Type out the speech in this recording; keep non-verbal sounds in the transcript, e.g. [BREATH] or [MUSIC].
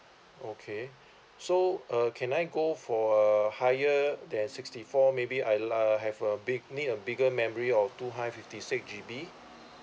okay [BREATH] so uh can I go for a higher than sixty four maybe I uh have a big need a bigger memory of two hundred fifty six G_B